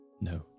No